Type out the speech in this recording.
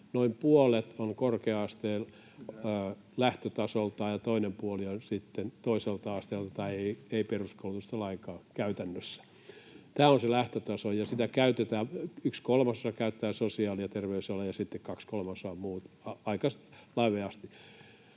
noin puolet on korkea-asteen lähtötasolta ja toinen puoli on sitten toiselta asteelta, peruskoulusta ei käytännössä lainkaan. Tämä on se lähtötaso, ja siitä yhden kolmasosan käyttää sosiaali- ja terveysala ja sitten kaksi kolmasosaa muut aika laveasti.